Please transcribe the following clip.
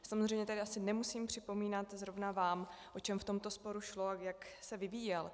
Samozřejmě tady asi nemusím připomínat zrovna vám, o čem v tomto sporu šlo a jak se vyvíjel.